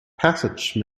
passage